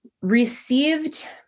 received